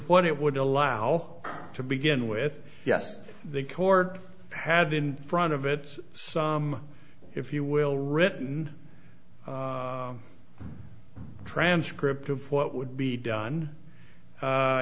what it would allow to begin with yes the court had in front of it some if you will written transcript of what would be done